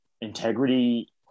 integrity